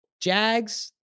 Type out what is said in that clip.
Jags